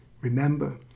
remember